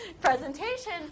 presentation